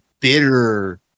Bitter